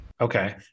Okay